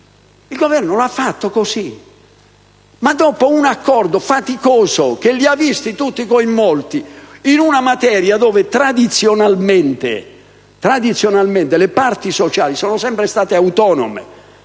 il dialogo ed è intervenuto, dopo un accordo faticoso che li ha visti tutti coinvolti, in una materia dove tradizionalmente le parti sociali sono sempre state autonome